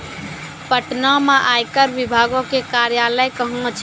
पटना मे आयकर विभागो के कार्यालय कहां छै?